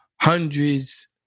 hundreds